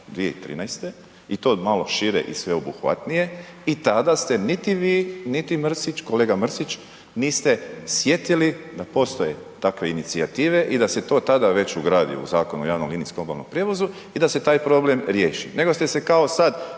2013. i to malo šire i sveobuhvatnije i tada ste niti vi niti Mrsić, kolega Mrsić, niste sjetili da postoje takve inicijative i da se to tada već ugradi u Zakon o javnom linijskom obalnom prijevozu i da se taj problem riješi nego ste se kao sad